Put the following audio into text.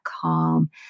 calm